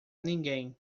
ninguém